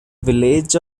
village